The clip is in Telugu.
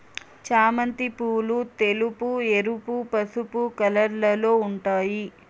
చామంతి పూలు తెలుపు, ఎరుపు, పసుపు కలర్లలో ఉంటాయి